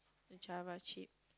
the Java chip